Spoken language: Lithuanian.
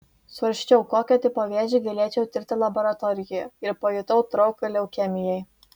svarsčiau kokio tipo vėžį galėčiau tirti laboratorijoje ir pajutau trauką leukemijai